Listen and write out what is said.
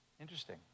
Interesting